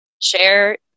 share